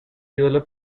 ídolo